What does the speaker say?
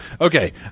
Okay